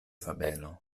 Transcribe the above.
fabelo